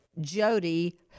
Jody